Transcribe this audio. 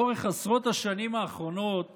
לאורך עשרות השנים האחרונות